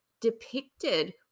depicted